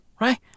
right